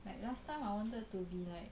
like last time I wanted to be like